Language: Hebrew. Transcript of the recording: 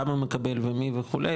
כמה מקבל ומי וכו',